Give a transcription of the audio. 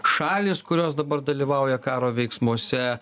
šalys kurios dabar dalyvauja karo veiksmuose